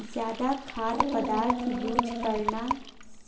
ज्यादा खाद पदार्थ यूज करना